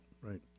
right